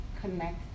connect